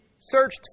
searched